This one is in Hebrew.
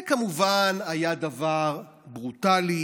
זה, כמובן, היה דבר ברוטלי.